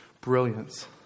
brilliance